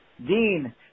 Dean